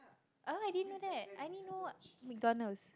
oh I didn't know that I only know McDonalds